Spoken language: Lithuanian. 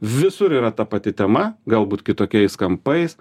visur yra ta pati tema galbūt kitokiais kampais